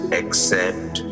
accept